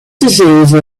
disease